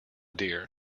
dear